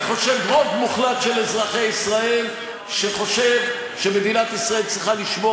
אני חושב שרוב מוחלט של אזרחי ישראל חושב שמדינת ישראל צריכה לשמור